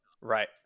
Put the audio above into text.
Right